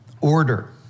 order